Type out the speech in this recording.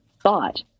thought